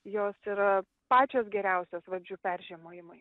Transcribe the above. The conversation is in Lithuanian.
jos yra pačios geriausios vabzdžių peržiemojimui